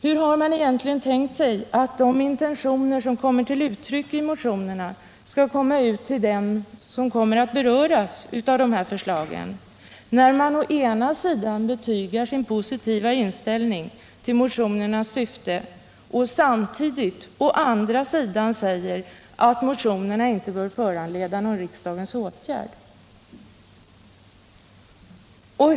Hur har man egentligen tänkt sig att de intentioner som kommer till uttryck i motionerna skall föras ut till dem som berörs av förslagen, när man å ena sidan betygar sin positiva inställning till motionernas syfte och å andra sidan säger att motionerna inte bör föranleda någon riksdagens åtgärd?